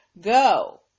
Go